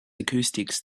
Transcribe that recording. acoustics